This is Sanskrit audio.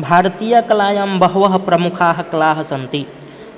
भारतीयकलायां बहवः प्रमुखाः कलाः सन्ति